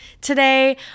today